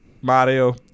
mario